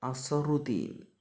Azharuddin